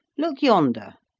look yonder.